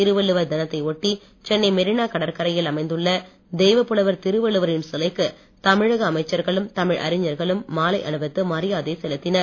திருவள்ளுவர் தினத்தை ஒட்டி சென்னை மெரினா கடற்கரையில் அமைந்துள்ள தெய்வப்புலவர் திருவள்ளுவரின் சிலைக்கு தமிழக அமைச்சர்களும் தமிழ் அறிஞர்களும் மாலை அணிவித்து மரியாதை செலுத்தினர்